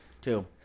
Two